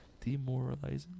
demoralizing